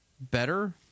better